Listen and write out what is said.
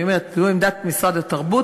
אני אומרת: זו עמדת משרד התרבות.